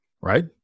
right